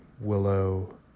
willow